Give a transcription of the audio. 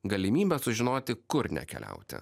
galimybė sužinoti kur nekeliauti